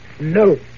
no